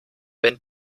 wenn